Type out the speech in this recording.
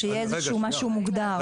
שיהיה איזה משהו מוגדר.